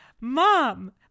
Mom